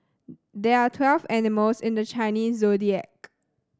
there are twelve animals in the Chinese Zodiac